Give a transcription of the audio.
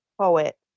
poet